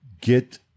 get